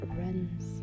runs